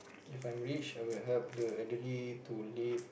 if I'm rich I will help the elderly to live